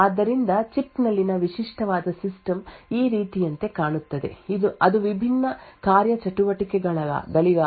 ಆದ್ದರಿಂದ ಚಿಪ್ ನಲ್ಲಿನ ವಿಶಿಷ್ಟವಾದ ಸಿಸ್ಟಮ್ ಈ ರೀತಿಯಂತೆ ಕಾಣುತ್ತದೆ ಅದು ವಿಭಿನ್ನ ಕಾರ್ಯಚಟುವಟಿಕೆಗಳಿಗೆ ಅನುಗುಣವಾಗಿ ವಿವಿಧ ಘಟಕಗಳನ್ನು ಹೊಂದಿರುತ್ತದೆ